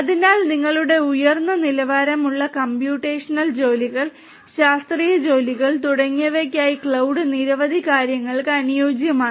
അതിനാൽ നിങ്ങളുടെ ഉയർന്ന നിലവാരമുള്ള കമ്പ്യൂട്ടേഷണൽ ജോലികൾ ശാസ്ത്രീയ ജോലികൾ തുടങ്ങിയവയ്ക്കായി ക്ലൌഡ് നിരവധി കാര്യങ്ങൾക്ക് അനുയോജ്യമാണ്